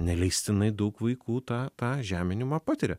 neleistinai daug vaikų tą tą žeminimą patiria